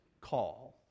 call